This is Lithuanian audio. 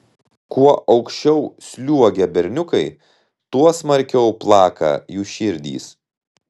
kuo aukščiau sliuogia berniukai tuo smarkiau plaka jų širdys